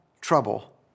trouble